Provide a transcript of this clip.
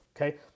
okay